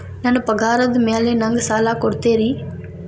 ನನ್ನ ಪಗಾರದ್ ಮೇಲೆ ನಂಗ ಸಾಲ ಕೊಡ್ತೇರಿ?